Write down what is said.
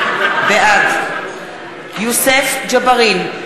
בעד יוסף ג'בארין,